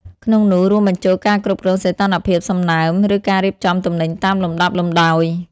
ក្នុងនោះ រួមបញ្ចូលការគ្រប់គ្រងសីតុណ្ហភាព សំណើម ឬការរៀបចំទំនិញតាមលំដាប់លំដោយ។